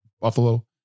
Buffalo